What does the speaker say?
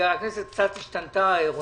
הכנסת קצת השתנתה, רונן.